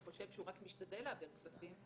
שחושב שהוא רק משתדל להעביר כספים.